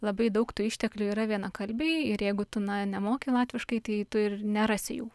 labai daug tų išteklių yra vienakalbiai ir jeigu tu na nemoki latviškai tai tu ir nerasi jų